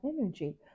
energy